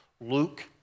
Luke